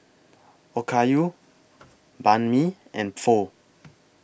Okayu Banh MI and Pho